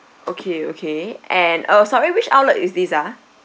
okay okay and orh sorry which outlet is this ah